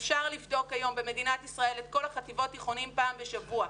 אפשר לבדוק היום במדינת ישראל את כל החטיבות והתיכונים פעם בשבוע,